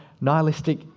nihilistic